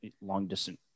long-distance